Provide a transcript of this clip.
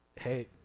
Hey